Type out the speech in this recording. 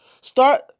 Start